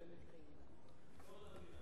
ביקורת המדינה.